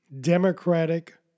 democratic